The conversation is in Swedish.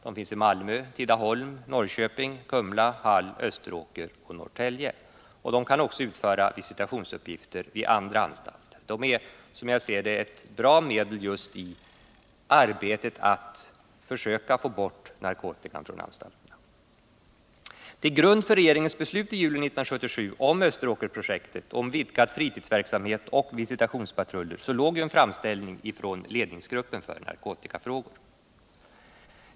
De finns i Malmö, Tidaholm, Norrköping, Kumla, Hall, Österåker och Norrtälje. De kan också utföra visitationsuppgifter vid andra anstalter. De är, som jag ser det, ett bra medel i arbetet på att försöka få bort narkotikan från anstalterna. Till grund för regeringens beslut i juli 1977 om Österåkerprojektet, vidgad fritidsverksamhet och visitationspatruller låg en framställning från ledningsgruppen för narkotikafrågor.